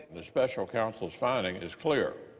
the special counsel's finding is clear.